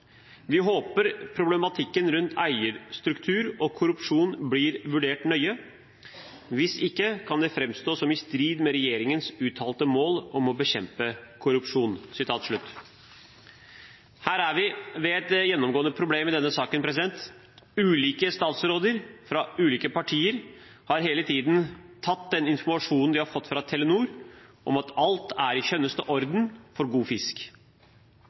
håper problematikken rundt eierstruktur og korrupsjon blir vurdert nøye. Hvis ikke kan det fremstå som i strid med regjeringens uttalte mål om å bekjempe korrupsjon.» Her er vi ved et gjennomgående problem i denne saken. Ulike statsråder fra ulike partier har hele tiden tatt den informasjonen de har fått fra Telenor om at alt er i den skjønneste orden, for god fisk.